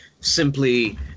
simply